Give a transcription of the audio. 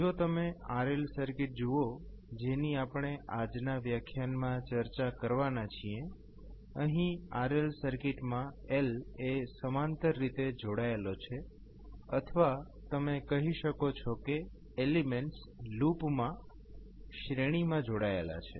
જો તમે RL circuit જુઓ જેની આપણે આજના વ્યાખ્યાનમાં ચર્ચા કરવાના છીએ અહીં RL સર્કિટમાં L એ સમાંતર રીતે જોડાયેલો છે અથવા તમે કહી શકો છો કે એલીમેન્ટ્સ લૂપ માં શ્રેણી માં જોડાયેલા છે